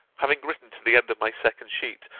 having written to the end of my second sheet,